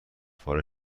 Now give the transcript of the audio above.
توانم